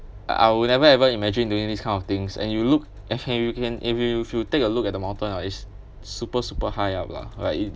I will never ever imagine doing this kind of things and you look if you can if you if you take a look at the mountain ah it's super super high up lah like you